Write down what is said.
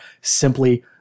simply